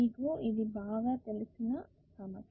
మీకు ఇది బాగా తెలిసిన సమస్య